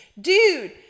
Dude